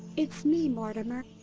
it's me, mortimer.